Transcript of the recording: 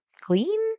clean